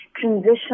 transition